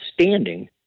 standing